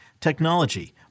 technology